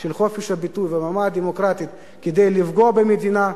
של חופש הביטוי והבמה הדמוקרטית כדי לפגוע במדינה,